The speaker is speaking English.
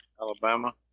Alabama